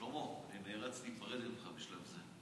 שלמה, אני נאלץ להיפרד ממך בשלב זה.